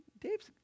Dave's